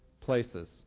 places